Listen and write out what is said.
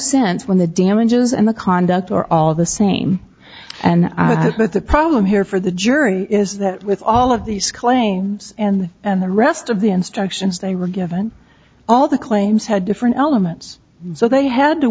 sense when the damages and the conduct are all the same and but the problem here for the jury is that with all of these claims and the rest of the instructions they were given all the claims had different elements so they had to